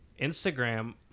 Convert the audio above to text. instagram